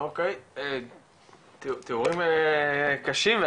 תיאורים קשים.